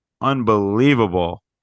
unbelievable